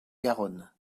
garonne